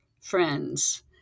friends